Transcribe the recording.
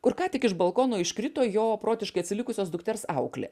kur ką tik iš balkono iškrito jo protiškai atsilikusios dukters auklė